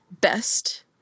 best